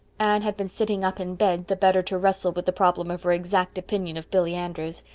had been sitting up in bed, the better to wrestle with the problem of her exact opinion of billy andrews.